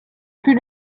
plus